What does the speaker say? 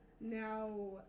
now